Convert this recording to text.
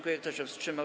Kto się wstrzymał?